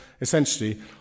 essentially